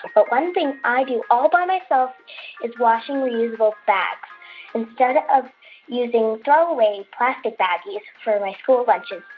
ah but one thing i do all by myself is washing reusable bags instead of using throwaway plastic baggies for my school lunches.